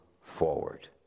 forward